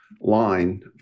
line